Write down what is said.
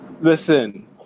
Listen